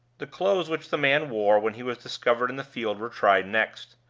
the clothes which the man wore when he was discovered in the field were tried next.